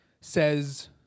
says